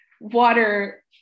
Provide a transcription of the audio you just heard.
water